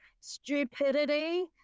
stupidity